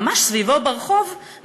שממש סביבו ברחוב,